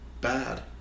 bad